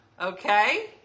Okay